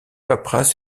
paperasses